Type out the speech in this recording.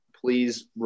please